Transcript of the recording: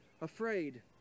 afraid